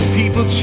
people